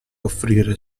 offrire